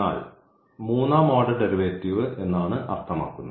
എന്നാൽ മൂന്നാം order derivative എന്നാണ് അർഥമാക്കുന്നത്